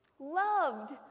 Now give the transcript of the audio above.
loved